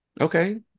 Okay